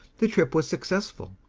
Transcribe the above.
the trip was successful,